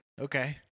Okay